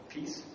Peace